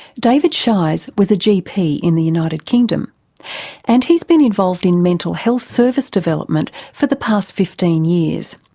david shiers was a gp in the united kingdom and he's been involved in mental health service development for the past fifteen years.